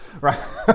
right